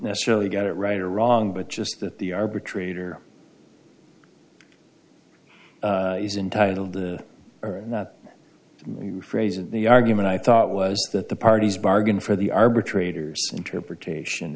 necessarily got it right or wrong but just that the arbitrator is entitled to or we rephrase it the argument i thought was that the parties bargain for the arbitrator's interpretation